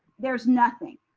there's nothing.